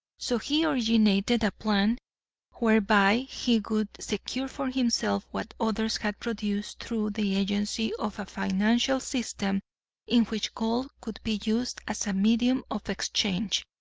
so he originated a plan whereby he could secure for himself what others had produced through the agency of a financial system in which gold could be used as a medium of exchange.